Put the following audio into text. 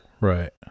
Right